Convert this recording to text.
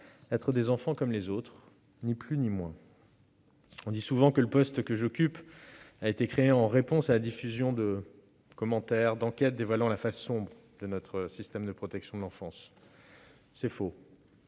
être des enfants comme les autres, ni plus ni moins. On dit souvent que le poste que j'occupe a été créé en réponse à la diffusion de documentaires et d'enquêtes dévoilant la face sombre de notre système de protection de l'enfance. C'est faux